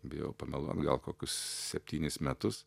bijau pameluot gal kokius septynis metus